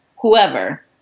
whoever